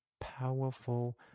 powerful